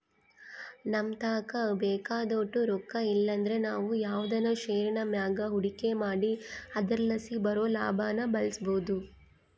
ನಮತಾಕ ಬೇಕಾದೋಟು ರೊಕ್ಕ ಇಲ್ಲಂದ್ರ ನಾವು ಯಾವ್ದನ ಷೇರಿನ್ ಮ್ಯಾಗ ಹೂಡಿಕೆ ಮಾಡಿ ಅದರಲಾಸಿ ಬರೋ ಲಾಭಾನ ಬಳಸ್ಬೋದು